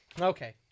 Okay